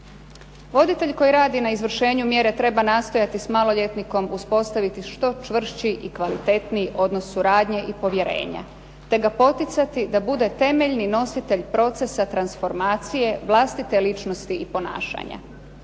Voditelj koji radi na izvršenju mjere treba nastojati sa maloljetnikom uspostaviti što čvršći i kvalitetniji odnos suradnje i povjerenja, te ga poticati da bude temeljni nositelj procesa transformacije vlastite ličnosti i ponašanja.